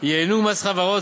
ייהנו ממס חברות,